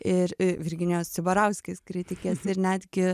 ir virginijos cibarauskės kritikės ir netgi